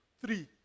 three